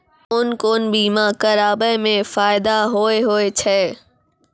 कोन कोन बीमा कराबै मे फायदा होय होय छै?